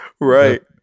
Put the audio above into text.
Right